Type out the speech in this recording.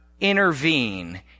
intervene